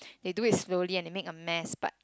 they do it slowly and they make a mess but